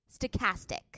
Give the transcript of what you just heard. stochastic